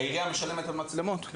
העירייה משלמת על מצלמות?